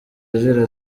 agira